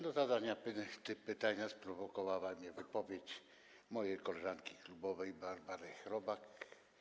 Do zadania pytania sprowokowała mnie wypowiedź mojej koleżanki klubowej Barbary Chrobak.